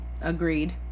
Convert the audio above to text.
Agreed